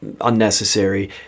unnecessary